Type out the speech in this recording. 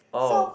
oh